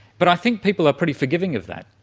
but i think people are pretty forgiving of that.